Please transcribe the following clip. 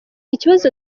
ikibazo